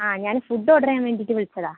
ആ ഞാൻ food order ചെയ്യാൻ വേണ്ടീട്ട് വിളിച്ചതാണ്